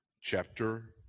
Chapter